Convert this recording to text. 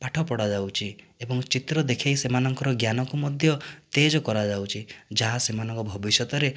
ପାଠ ପଢ଼ା ଯାଉଛି ଏବଂ ଚିତ୍ର ଦେଖାଇ ସେମାନଙ୍କର ଜ୍ଞାନକୁ ମଧ୍ୟ ତେଜ କରାଯାଉଛି ଯାହା ସେମାନଙ୍କ ଭବିଷ୍ୟତରେ